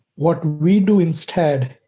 what we do instead,